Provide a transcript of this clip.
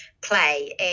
play